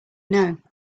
know